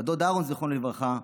הדוד אהרן זיכרונו לברכה,